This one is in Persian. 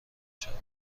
شود